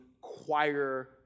choir